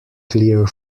clear